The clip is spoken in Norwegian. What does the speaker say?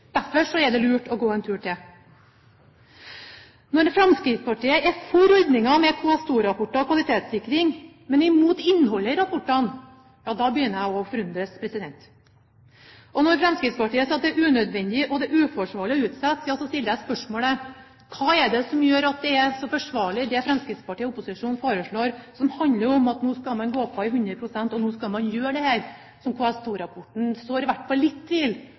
Derfor er det lurt å gå en tur til. Når Fremskrittspartiet er for ordningen med KS2-rapporter og kvalitetssikring, men imot innholdet i rapportene, ja, da begynner jeg å forundres. Og når Fremskrittspartiet sier at det er unødvendig og uforsvarlig å utsette, så stiller jeg spørsmålet: Hva er det som gjør at det er så forsvarlig det Fremskrittspartiet og opposisjonen foreslår, som handler om at nå skal vi gå på med 100 pst., og nå skal vi gjøre dette som KS2-rapporten sår i hvert fall litt